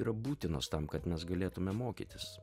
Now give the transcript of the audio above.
yra būtinos tam kad mes galėtume mokytis